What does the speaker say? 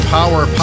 Power